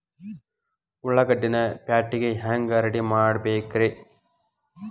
ಉಳ್ಳಾಗಡ್ಡಿನ ಪ್ಯಾಟಿಗೆ ಹ್ಯಾಂಗ ರೆಡಿಮಾಡಬೇಕ್ರೇ?